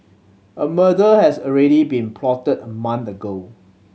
a murder has already been plotted a month ago